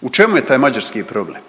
U čemu je taj mađarski problem?